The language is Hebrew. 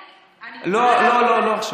אני מוכנה, לא, לא עכשיו.